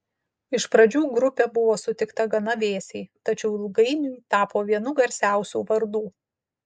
iš pradžių grupė buvo sutikta gana vėsiai tačiau ilgainiui tapo vienu garsiausių vardų